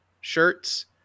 shirts